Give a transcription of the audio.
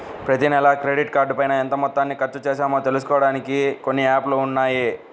ప్రతినెలా క్రెడిట్ కార్డుపైన ఎంత మొత్తాన్ని ఖర్చుచేశామో తెలుసుకోడానికి కొన్ని యాప్ లు ఉన్నాయి